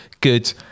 good